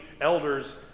elders